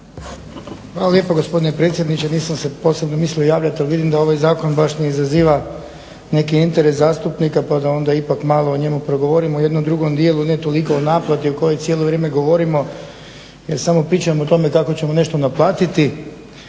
Hvala lijepa gospodine predsjedniče. Nisam se posebno mislio javljati, ali vidim da ovaj zakon baš ne izaziva neki interes zastupnika pa da onda ipak malo o njemu progovorimo u jednom drugom dijelu. Ne toliko o naplati o kojoj cijelo vrijeme govorimo jer samo pričamo o tome kako ćemo nešto naplatiti.